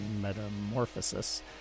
Metamorphosis